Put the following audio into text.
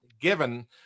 given